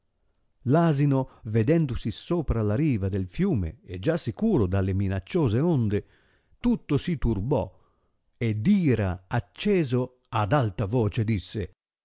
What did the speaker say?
l'asino vedendosi sopra la riva del fiume e già sicuro dalle minacciose onde tutto si tuibò e d'ira acceso ad alta voce disse